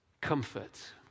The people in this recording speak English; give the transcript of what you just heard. comfort